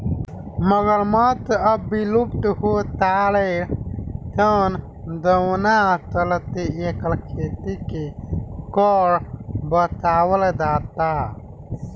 मगरमच्छ अब विलुप्त हो तारे सन जवना चलते एकर खेती के कर बचावल जाता